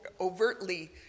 overtly